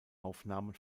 aufnahmen